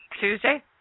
Tuesday